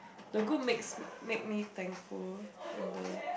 the good makes make me thankful and the